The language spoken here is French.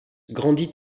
grandit